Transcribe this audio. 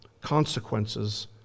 consequences